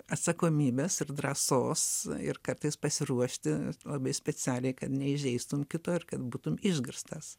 atsakomybės ir drąsos ir kartais pasiruošti labai specialiai kad neįžeistum kito ir kad būtum išgirstas